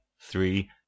three